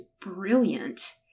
brilliant